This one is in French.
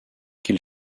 qu’il